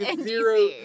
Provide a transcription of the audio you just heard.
Zero